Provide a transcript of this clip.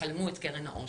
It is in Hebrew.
שחלמו את קרן העושר.